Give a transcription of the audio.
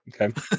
okay